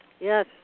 Yes